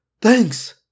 Thanks